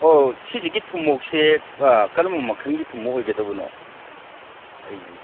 ꯑꯣ ꯁꯤꯖꯤꯒꯤ ꯊꯨꯃꯣꯛꯁꯦ ꯀꯔꯝꯕ ꯃꯈꯟꯒꯤ ꯊꯨꯃꯣꯛ ꯑꯣꯏꯒꯗꯕꯅꯣ ꯑꯩ